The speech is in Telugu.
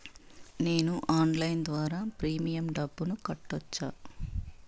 నేను ఆన్లైన్ ద్వారా ప్రీమియం డబ్బును కట్టొచ్చా?